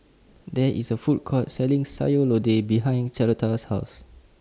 There IS A Food Court Selling Sayur Lodeh behind Carlotta's House